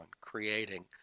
creating